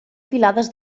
filades